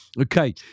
Okay